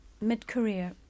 mid-career